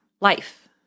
life